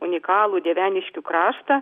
unikalų dieveniškių kraštą